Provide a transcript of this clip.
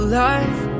life